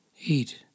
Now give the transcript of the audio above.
eat